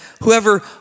whoever